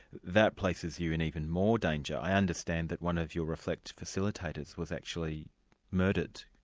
that places you in even more danger. i understand that one of your reflect facilitators was actually murdered.